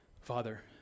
Father